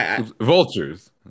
Vultures